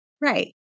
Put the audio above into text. Right